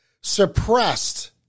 suppressed